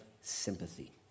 sympathy